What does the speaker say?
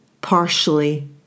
partially